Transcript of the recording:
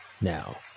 Now